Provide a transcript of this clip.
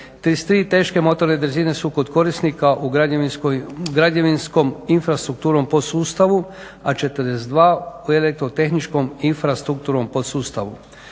33 teške motorne drezine su kod korisnika u građevinskom infrastrukturnom podsustavu, a 42 u elektrotehničkom infrastrukturnom podsustavu.